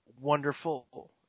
wonderful